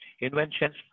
Inventions